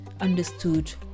understood